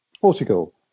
Portugal